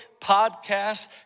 podcasts